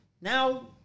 Now